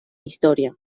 historia